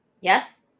Yes